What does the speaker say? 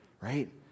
right